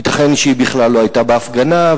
ייתכן שהיא בכלל לא היתה בהפגנה,